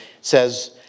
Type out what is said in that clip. says